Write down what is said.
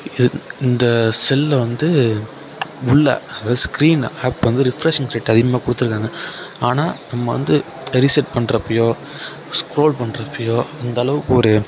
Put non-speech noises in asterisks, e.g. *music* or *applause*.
இது இந்த செல்லை வந்து உள்ளே அதாவது ஸ்க்ரீனில் *unintelligible* அதிகமாக கொடுத்துருக்காங்க ஆனால் நம்ப வந்து ரீசெட் பண்ணுறப்பயோ ஸ்க்ரோல் பண்ணுறப்பயோ அந்த அளவுக்கு ஒரு